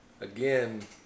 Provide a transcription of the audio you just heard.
Again